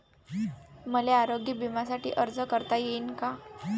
मले आरोग्य बिम्यासाठी अर्ज करता येईन का?